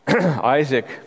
Isaac